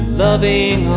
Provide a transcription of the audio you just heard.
loving